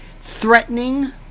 threatening